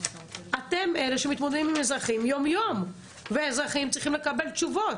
אתם אלה שמתמודדים עם אזרחים יום יום ואזרחים צריכים לקבל תשובות.